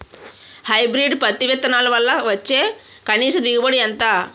Hybrid పత్తి విత్తనాలు వల్ల వచ్చే కనీస దిగుబడి ఎంత?